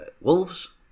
Wolves